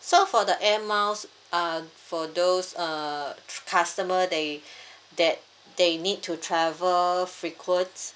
so for the air miles uh for those uh customer they that they need to travel frequent